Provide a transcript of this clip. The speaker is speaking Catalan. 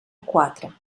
quatre